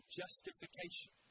justification